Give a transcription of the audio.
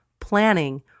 planning